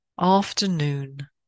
Afternoon